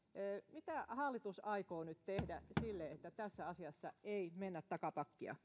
mitä hallitus aikoo nyt tehdä sille että tässä asiassa ei mennä takapakkia